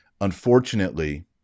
unfortunately